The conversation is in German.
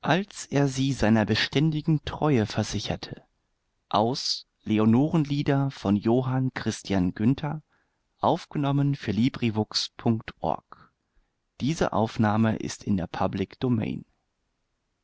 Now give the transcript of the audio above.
als er sie seiner beständigen treue versicherte